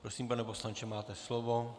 Prosím, pane poslanče, máte slovo.